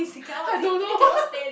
I don't know